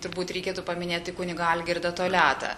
turbūt reikėtų paminėti kunigą algirdą toliatą